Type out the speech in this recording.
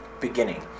beginning